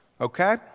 okay